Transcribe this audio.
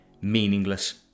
meaningless